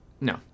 No